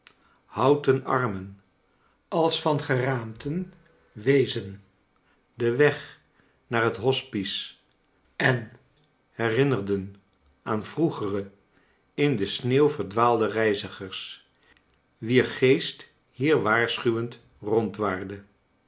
houten armen als van geraamten wezen'den weg naar het hospice en herinnerden aan vroegere in de sneeuw verdwaalde reizigers wier geest hier waarschuwend